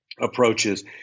Approaches